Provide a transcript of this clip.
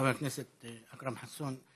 חבר הכנסת אכרם חסון,